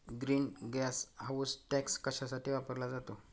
Green gas house tax कशासाठी वापरला जातो?